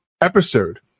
episode